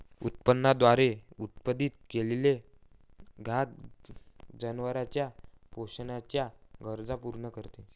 उत्पादनाद्वारे उत्पादित केलेले खाद्य जनावरांच्या पोषणाच्या गरजा पूर्ण करते